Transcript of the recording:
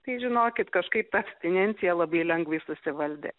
tai žinokit kažkaip ta abstinencija labai lengvai susivaldė